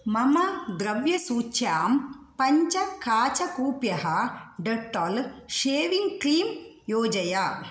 मम द्रव्यसूच्यां पञ्च काचकूप्यः डेट्टाल् शेविङ्ग् क्रीं योजय